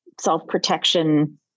self-protection